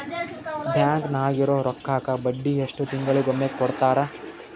Bank ನಾಗಿರೋ ರೊಕ್ಕಕ್ಕ ಬಡ್ಡಿ ಎಷ್ಟು ತಿಂಗಳಿಗೊಮ್ಮೆ ಕೊಡ್ತಾರ?